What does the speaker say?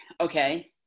Okay